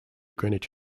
greenwich